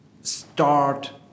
start